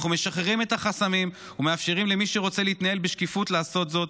אנחנו משחררים את החסמים ומאפשרים למי שרוצה להתנהל בשקיפות לעשות זאת,